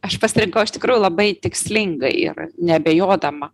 aš pasirinkau iš tikrųjų labai tikslingai ir neabejodama